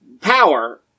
power